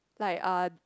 like uh